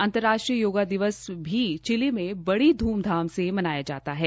अंतर्राष्ट्रीय योगा दिवस भी चिल्ली में बड़ी धूमधाम से मनाया जाता है